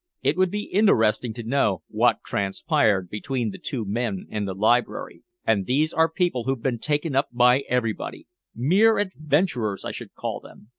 it would be interesting to know what transpired between the two men in the library. and these are people who've been taken up by everybody mere adventurers, i should call them!